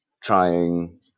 trying